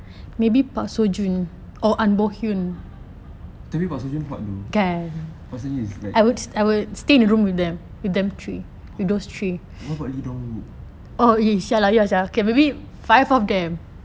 tapi park seojun hot !duh! park seo joon is like what about lee dong wook